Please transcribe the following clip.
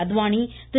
Advani Thiru